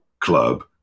club